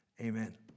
Amen